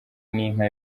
n’inka